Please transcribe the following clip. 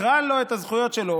תקרא לו את הזכויות שלו,